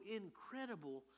incredible